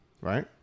Right